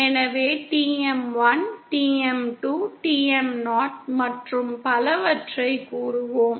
எனவே TM 1 TM 2 TM 0 மற்றும் பலவற்றைக் கூறுவோம்